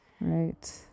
Right